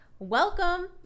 Welcome